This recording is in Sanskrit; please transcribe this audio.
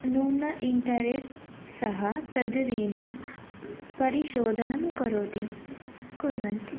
न्यूनेन इण्टरेष्ट् सः तद् ऋणं परिशोधनं करोति कुर्वन्ति